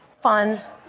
funds